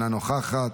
אינה נוכחת,